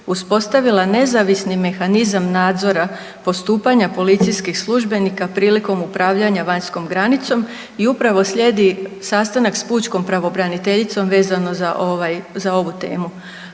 uspostavila nezavisni mehanizam nadzora postupanja policijskih službenika prilikom upravljanja vanjskom granicom i upravo slijedi sastanak s pučkom pravobraniteljicom vezano za ovaj,